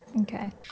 Okay